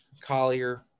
Collier